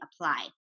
apply